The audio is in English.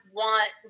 want